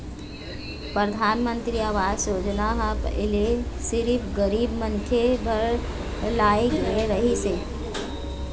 परधानमंतरी आवास योजना ह पहिली सिरिफ गरीब मनखे बर लाए गे रहिस हे